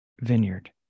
vineyard